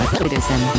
Citizen